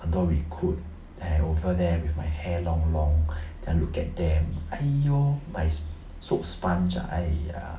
很多 recruit I over there with my hair long long then I look at them !aiyo! but is soap sponge ah !aiya!